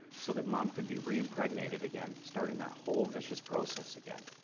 so that mom could be reimpregnated again, starting that whole vicious process again.